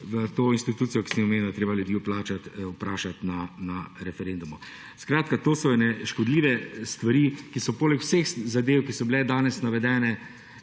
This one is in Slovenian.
v to institucijo, ki ste jo omenili, je treba ljudi vprašat na referendumu. Skratka, to so ene škodljive stvari, ki so poleg vseh zadev, ki so bile danes navedene,